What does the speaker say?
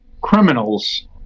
criminals